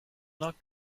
not